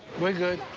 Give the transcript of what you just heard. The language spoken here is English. we good.